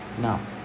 Now